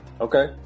Okay